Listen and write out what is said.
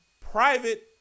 private